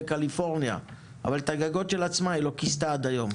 אבל את הגגות של עצמה היא לא כיסתה עד היום.